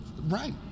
right